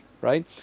right